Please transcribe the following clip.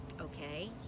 okay